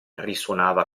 risuonava